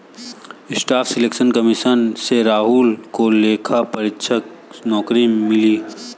staff selection commission से राहुल को लेखा परीक्षक नौकरी मिली